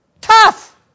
Tough